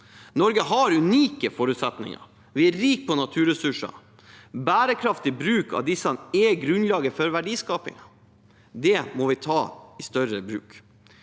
Norge har unike forutsetninger. Vi er rike på naturressurser. Bærekraftig bruk av disse er grunnlaget for verdiskapingen. Det må vi ta i bruk